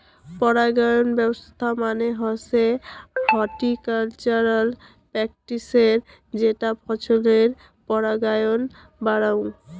পরাগায়ন ব্যবছস্থা মানে হসে হর্টিকালচারাল প্র্যাকটিসের যেটা ফছলের পরাগায়ন বাড়াযঙ